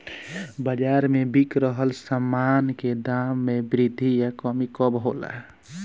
बाज़ार में बिक रहल सामान के दाम में वृद्धि या कमी कब होला?